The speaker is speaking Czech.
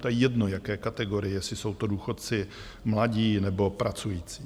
To je jedno, jaké kategorie, jestli jsou to důchodci, mladí nebo pracující.